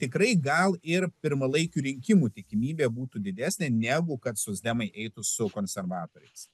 tikrai gal ir pirmalaikių rinkimų tikimybė būtų didesnė negu kad socdemai eitų su konservatoriais